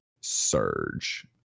surge